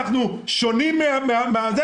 אנחנו שונים מהם?